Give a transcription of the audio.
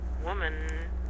woman